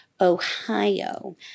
Ohio